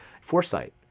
foresight